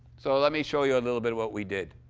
so let me show you a little bit of what we did.